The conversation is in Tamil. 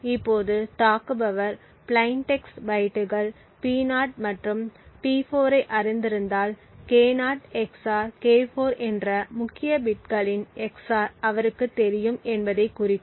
இப்போது தாக்குபவர் பிளைன் டெக்ஸ்ட் பைட்டுகள் P0 மற்றும் P4 ஐ அறிந்திருந்தால் K0 XOR K4 என்ற முக்கிய பிட்களின் XOR அவருக்குத் தெரியும் என்பதைக் குறிக்கும்